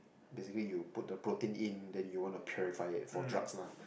basically you put the protein in then you want to purify it for drugs lah